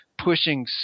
pushing